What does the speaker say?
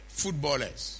footballers